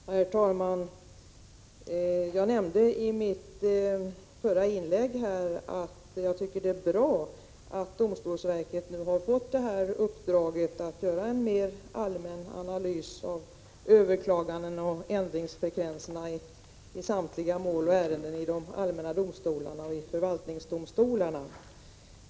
Herr talman! Jag nämnde i mitt förra inlägg att jag tycker det är bra att domstolsverket har fått uppdraget att göra en mer allmän analys av överklagandena och ändringsfrekvenserna i samtliga mål och ärenden i de allmänna domstolarna och i förvaltningsdomstolarna.